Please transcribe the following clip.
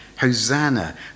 Hosanna